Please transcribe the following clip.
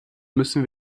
müssen